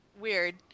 weird